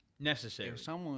Necessary